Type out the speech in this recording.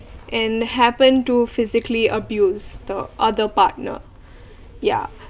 and happen to physically abused the other partner ya